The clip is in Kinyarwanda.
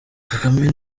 kagame